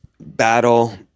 battle